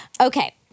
Okay